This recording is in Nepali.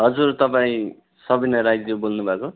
हजुर तपाईँ सबिना राईज्यू बोल्नु भएको